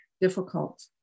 difficult